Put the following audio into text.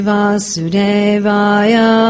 Vasudevaya